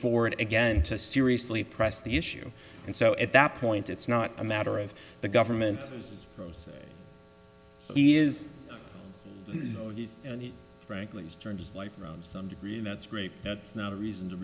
forward again to seriously press the issue and so at that point it's not a matter of the government is proceeding he is and he frankly has turned his life around some degree and that's great that's not a reason to